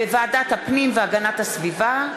בוועדת הפנים והגנת הסביבה,